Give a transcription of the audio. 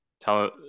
tell